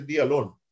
alone